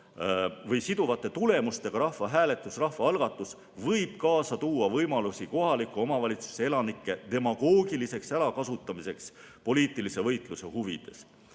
ning siduvate tulemustega rahvahääletus, rahvaalgatus, võib kaasa tuua võimalusi kohaliku omavalitsuse elanike demagoogiliseks ärakasutamiseks poliitilise võitluse huvides.